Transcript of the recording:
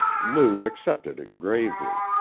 lou accepted it gravely.